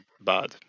bad